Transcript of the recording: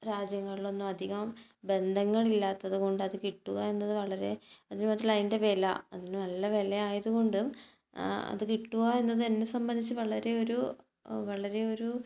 രാജ്യങ്ങളിൽ ഒന്നും അധികം ബന്ധങ്ങൾ ഇല്ലാത്തത് കൊണ്ട് അത് കിട്ടുക എന്നത് വളരെ അതിന് മാത്രമല്ല അതിൻ്റെ വില അതിന് നല്ല വില ആയതു കൊണ്ടും അത് കിട്ടുക എന്നത് എന്നെ സംബന്ധിച്ച് വളരെ ഒരു വളരെ ഒരു